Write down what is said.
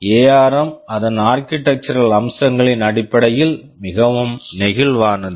ARM ARM அதன் architectural architectural அம்சங்களின் அடிப்படையில் மிகவும் நெகிழ்வானது